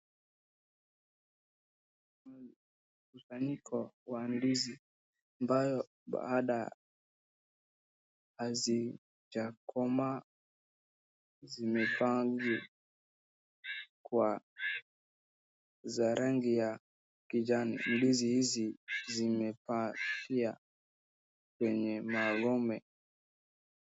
Mkusanyiko wa ndizi ambayo bado hazijakomaa zimepangwa kwa, za rangi ya kijani. Ndizi hizi zimebakia kwenye magome.